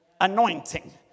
anointing